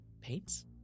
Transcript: paints